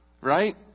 right